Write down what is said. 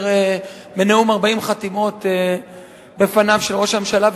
בנאום 40 חתימות בפניו של ראש הממשלה,